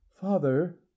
father